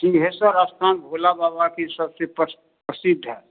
सिंघेश्वर स्थान भोला बाबा के सबसे प्रसिद्ध है